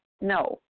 no